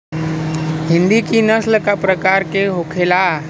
हिंदी की नस्ल का प्रकार के होखे ला?